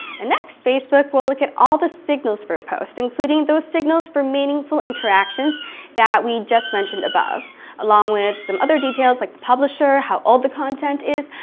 and next, facebook will look at all the signals for a post including those signals for meaningful interactions that we just mentioned above along with some other details like the publisher, how old the content is,